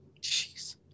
Jeez